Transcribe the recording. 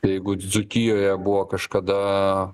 jeigu dzūkijoje buvo kažkada